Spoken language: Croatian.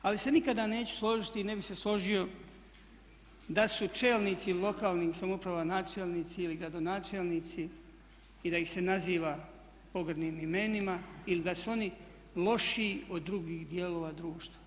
Ali se nikada neću složiti i ne bih se složio da su čelnici lokalnih samouprava, načelnici ili gradonačelnici i da ih se naziva pogrdnim imenima ili da su oni lošiji od drugih dijelova društva.